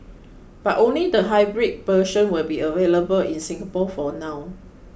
but only the hybrid version will be available in Singapore for now